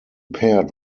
paired